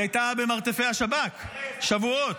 היא הייתה במרתפי השב"כ שבועות.